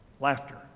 Laughter